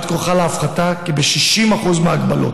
עד כה חלה הפחתה בכ-60% מההגבלות.